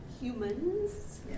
humans